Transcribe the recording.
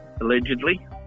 allegedly